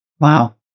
Wow